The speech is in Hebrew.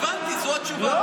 הם פשוט שיקרו,